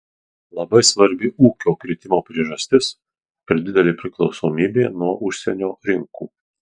labai svarbi ūkio kritimo priežastis per didelė priklausomybė nuo užsienio rinkų